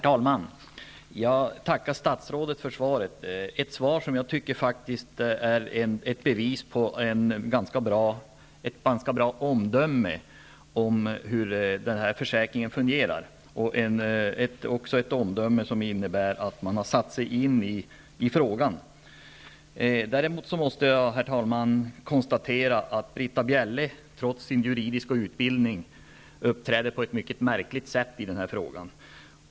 Herr talman! Jag tackar statsrådet för svaret -- ett svar som jag faktiskt tycker är ett bevis på ett ganska gott omdöme om hur den här försäkringen fungerar, och ett omdöme som innebär att man har satt sig in i frågan. Däremot måste jag, herr talman, konstatera att Britta Bjelle, trots sin juridiska utbildning, uppträder på ett mycket märkligt sätt i den här frågan.